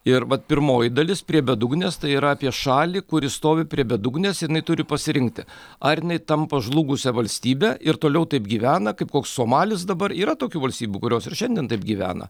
ir vat pirmoji dalis prie bedugnės tai yra apie šalį kuri stovi prie bedugnės ir jinai turi pasirinkti ar jinai tampa žlugusia valstybe ir toliau taip gyvena kaip koks somalis dabar yra tokių valstybių kurios ir šiandien taip gyvena